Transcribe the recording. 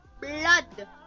blood